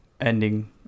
ending